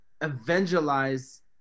evangelize